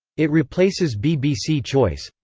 it replaces bbc choice.